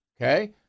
Okay